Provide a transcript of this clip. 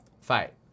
fight